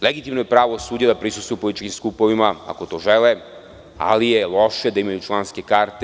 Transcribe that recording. Legitimno je pravo sudija da prisustvuju političkim skupovima, ako to žele, ali je loše da imaju članske karte.